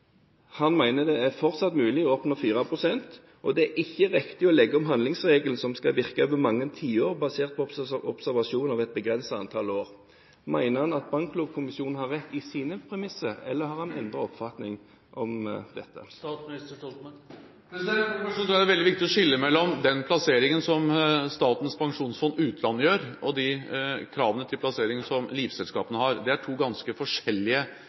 han at han mener det fortsatt er mulig å oppnå 4 pst., og at det ikke er riktig å legge om handlingsregelen, som skal virke over mange tiår – bare basert på observasjoner over et begrenset antall år. Mener han at Banklovkommisjonen har rett i sine premisser, eller har han endret oppfatning om dette? For det første tror jeg det er veldig viktig å skille mellom den plasseringen som Statens pensjonsfond utland gjør, og de kravene til plassering som livselskapene har. Det er to ganske forskjellige